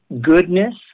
goodness